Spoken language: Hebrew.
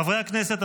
חברי הכנסת,